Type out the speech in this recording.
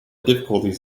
difficulties